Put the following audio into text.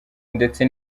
ndetse